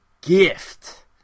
gift